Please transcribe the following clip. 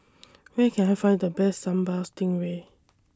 Where Can I Find The Best Sambal Stingray